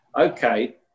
okay